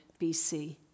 BC